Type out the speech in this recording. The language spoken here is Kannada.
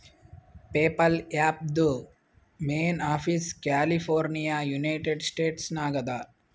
ಪೇಪಲ್ ಆ್ಯಪ್ದು main office California United States ನಾಗ್ ಅದಾ